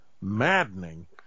maddening